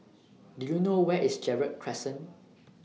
Do YOU know Where IS Gerald Crescent